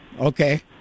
okay